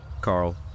Carl